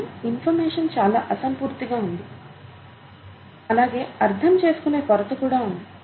కానీ ఇన్ఫర్మేషన్ చాలా అసంపూర్తిగా ఉంది అలాగే అర్థంచేసుకునే కొరత కూడా ఉంది